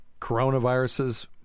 Coronaviruses